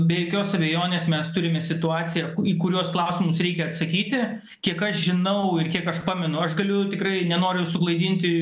be jokios abejonės mes turime situaciją į kuriuos klausimus reikia atsakyti kiek aš žinau ir kiek aš pamenu aš galiu tikrai nenoriu suklaidinti